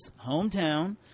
hometown